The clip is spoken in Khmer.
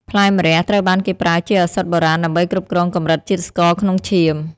ផ្លែម្រះ ត្រូវបានគេប្រើជាឱសថបុរាណដើម្បីគ្រប់គ្រងកម្រិតជាតិស្ករក្នុងឈាម។